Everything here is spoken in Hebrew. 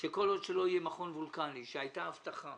שכל עוד לא יהיה מכון וולקני שהייתה הבטחה